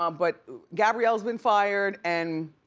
um but gabrielle's been fired and